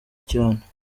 cyane